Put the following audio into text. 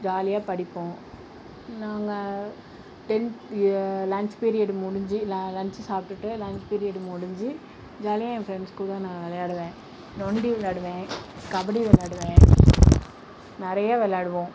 ஜாலியாக படிப்போம் நாங்கள் டென்த் லன்ச் பீரியட் முடிஞ்சு லன்ச்சு சாப்பிட்டுட்டு லன்ச் பீரியட் முடிஞ்சு ஜாலியாக என் பிரண்ட்ஸ் கூட நான் விளையாடுவேன் நொண்டி விளையாடுவேன் கபடி விளையாடுவேன் நிறைய விளையாடுவோம்